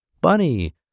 bunny